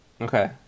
Okay